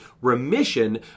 remission